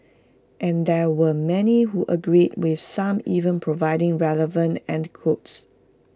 and there were many who agreed with some even providing relevant anecdotes